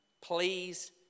please